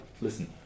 listen